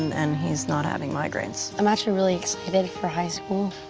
and he's not having migraines. i'm actually really excited for high school.